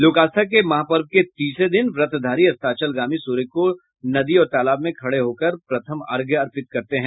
लोक आस्था के इस महापर्व के तीसरे दिन व्रतधारी अस्ताचलगामी सूर्य को नदी और तालाब में खड़े होकर प्रथम अर्घ्य अर्पित करते हैं